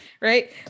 right